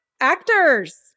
Actors